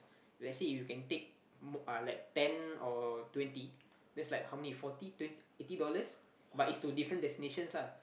let's say you can take like ten or twenty that's like how many forty twenty eighty dollars but is to different destinations lah